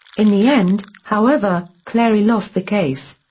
in the end, however, clary lost the case.